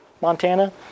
Montana